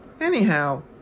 Anyhow